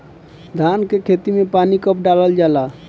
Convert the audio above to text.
धान के खेत मे पानी कब डालल जा ला?